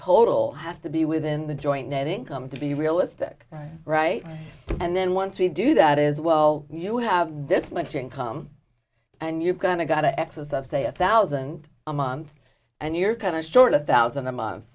total has to be within the joint net income to be realistic right and then once we do that is well you have this much income and you've got to got a excess of say a thousand a month and you're kind of short a thousand a month